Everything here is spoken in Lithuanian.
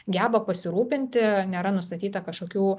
geba pasirūpinti nėra nustatyta kažkokių